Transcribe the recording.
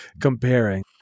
comparing